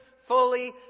fully